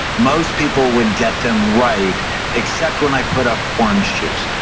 most people would get them right except when i put up orange juice.